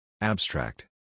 Abstract